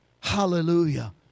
hallelujah